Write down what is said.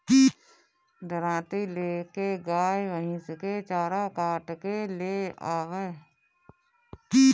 दराँती ले के गाय भईस के चारा काट के ले आवअ